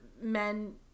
men